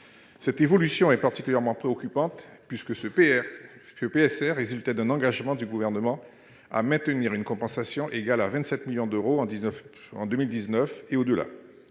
Cette évolution est particulièrement préoccupante puisque le PSR correspondait à un engagement du Gouvernement à maintenir une compensation égale à 27 millions d'euros en 2019, et au-delà.